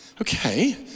okay